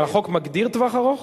החוק מגדיר טווח ארוך,